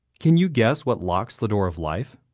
can you guess what locks the door of life?